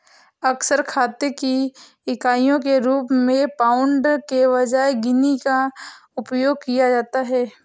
अक्सर खाते की इकाइयों के रूप में पाउंड के बजाय गिनी का उपयोग किया जाता है